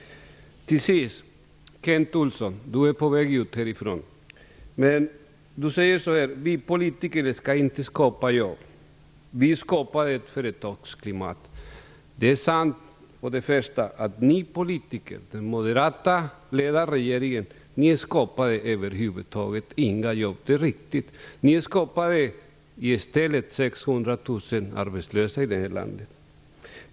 Kent Olsson är på väg ut ur kammaren. Han säger att vi politiker inte skall skapa jobb. Vi skall skapa ett företagsklimat. Det är sant att den moderatledda regeringen skapade över huvud taget inga jobb. Det är riktigt. Ni skapade i stället 600 000 arbetslösa i det här landet.